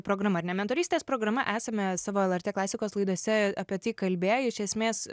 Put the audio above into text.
programa ar ne mentorystės programa esame savo lrt klasikos laidose apie tai kalbėję iš esmės